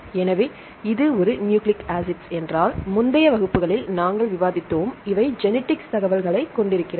எனவே இது ஒரு நியூக்ளிக் ஆசிட்கள் என்றால் முந்தைய வகுப்புகளில் நாங்கள் விவாதித்தோம் இவை ஜெனிடிக் தகவல்களைக் கொண்டு இருக்கிறது